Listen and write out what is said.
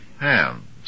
hands